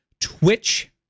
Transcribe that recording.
Twitch